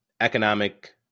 economic